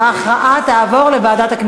ההצעה עצמה אומרת להעביר את זה לוועדה.